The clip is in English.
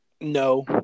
No